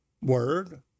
Word